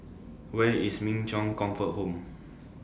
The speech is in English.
Where IS Min Chong Comfort Home